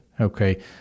Okay